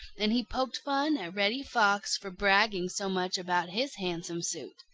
and he poked fun at reddy fox for bragging so much about his handsome suit.